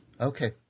Okay